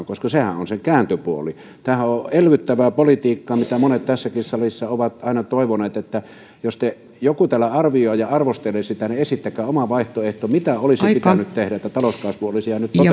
koska sehän on se kääntöpuoli tämähän on on elvyttävää politiikkaa mitä monet tässäkin salissa ovat aina toivoneet jos joku täällä arvioi ja arvostelee sitä niin esittäkää oma vaihtoehtonne mitä olisi pitänyt tehdä että talouskasvu olisi jäänyt